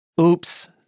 Oops